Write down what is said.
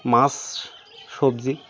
মাছ সবজি